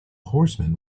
horseman